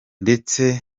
ndetse